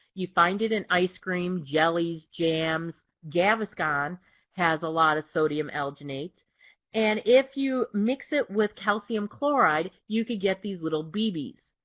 you find it in ice cream, jellies, jams. gaviscon has a lot of sodium alginate and if you mix it with calcium chloride you can get these little bee bees.